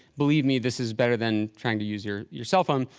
believe me, this is better than trying to use your your cell phone.